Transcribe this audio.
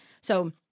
So-